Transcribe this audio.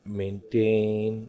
maintain